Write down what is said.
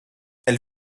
elle